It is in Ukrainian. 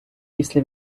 після